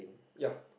ya